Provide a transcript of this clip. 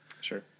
Sure